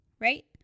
Right